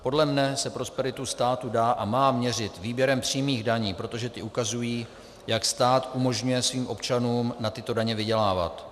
Podle mě se prosperita státu dá a má měřit výběrem přímých daní, protože ty ukazují, jak stát umožňuje svým občanům na tyto daně vydělávat.